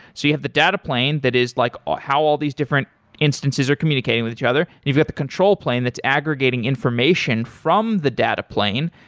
so you have the data plane, that is like ah how all these different instances are communicating with each other, and you've got the control plane that aggregating information from the data plane,